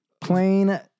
plain